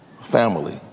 family